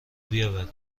بیاورید